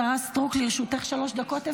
השרה סטרוק, לרשותך שלוש דקות.